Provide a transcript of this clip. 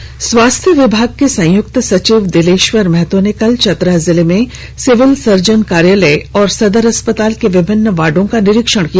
सचिव दौरा स्वास्थ्य विभाग के संयुक्त सचिव दिलेश्वर महतो ने कल चतरा जिले में सिविल सर्जन कार्यालय और सदर अस्पताल के विभिन्न वार्डो का निरीक्षण किया